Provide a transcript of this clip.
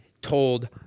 told